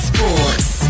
Sports